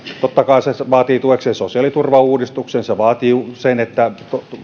totta kai se se vaatii tuekseen sosiaaliturvauudistuksen se vaatii sen että